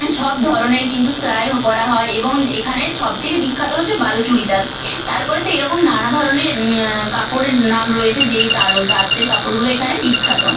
সব ধরনের কিন্তু সেলাই করা হয় এবং এখানের সবথেকে বিখ্যাত হচ্ছে বালুচরী তাঁত তারপরে তো এরকম নানা ধরনের কাপড়ের নাম রয়েছে যেই তাঁতের কাপড়গুলো এখানে বিখ্যাত